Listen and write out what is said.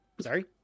Sorry